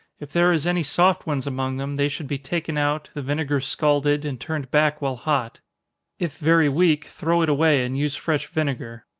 if there is any soft ones among them, they should be taken out, the vinegar scalded, and turned back while hot if very weak, throw it away, and use fresh vinegar.